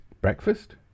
Breakfast